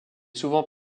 souvent